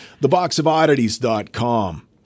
Theboxofoddities.com